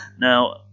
Now